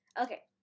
okay